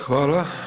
Hvala.